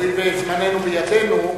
הואיל וזמננו בידינו,